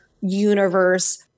universe